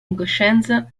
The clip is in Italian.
incoscienza